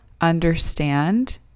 understand